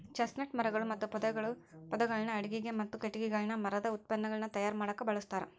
chestnut ಮರಗಳು ಮತ್ತು ಪೊದೆಗಳನ್ನ ಅಡುಗಿಗೆ, ಮತ್ತ ಕಟಗಿಗಳನ್ನ ಮರದ ಉತ್ಪನ್ನಗಳನ್ನ ತಯಾರ್ ಮಾಡಾಕ ಬಳಸ್ತಾರ